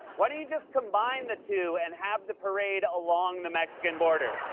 why don't you just combine the two and have the parade along the mexican boarder?